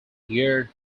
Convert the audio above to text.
year